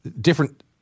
different